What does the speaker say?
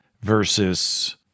versus